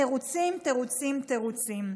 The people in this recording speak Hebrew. תירוצים, תירוצים, תירוצים.